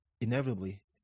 inevitably